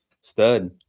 Stud